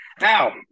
Now